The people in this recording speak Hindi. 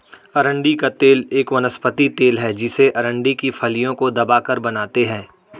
अरंडी का तेल एक वनस्पति तेल है जिसे अरंडी की फलियों को दबाकर बनाते है